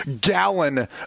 gallon